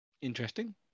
interesting